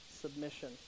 submission